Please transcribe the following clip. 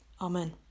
Amen